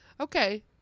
Okay